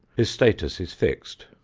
his status is fixed.